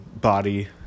body